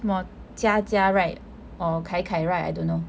什么佳佳 right or 凯凯 right I don't know